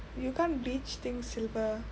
you can't beach things silver